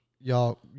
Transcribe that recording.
y'all